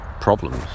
problems